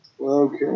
Okay